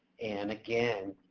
and, again,